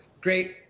great